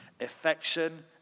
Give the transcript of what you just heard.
affection